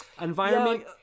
environment